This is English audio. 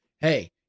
hey